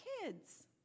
kids